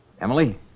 Emily